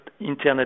Internet